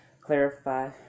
clarify